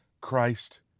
Christ